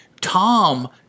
Tom